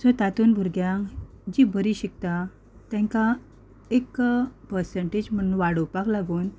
तातून भुरग्यांक जीं बरीं शिकता तेंकां एक परसेंटेज वाडोवपाक लागून